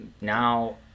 Now